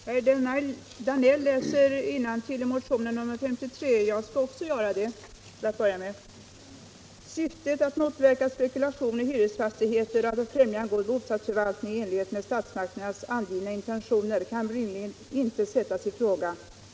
Herr talman! Herr Danell läste innantill i motionen 53. Jag skall också göra det till en början. Där står: ”Syftet att motverka spekulation i hyresfastigheter och att främja en god bostadsförvaltning i enlighet med av statsmakterna angivna intentioner kan rimligen inte sättas i fråga.